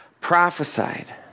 prophesied